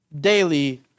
daily